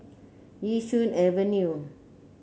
Yishun Avenue